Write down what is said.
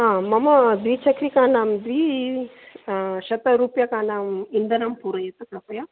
हा मम द्विचक्रिकानां द्विशतरूप्यकानाम् इन्धनं पूरयितु कृपया